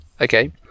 okay